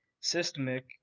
systemic